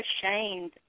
ashamed